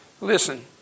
listen